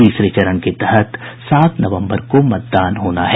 तीसरे चरण के तहत सात नवम्बर को मतदान होना है